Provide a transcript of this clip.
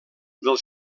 dels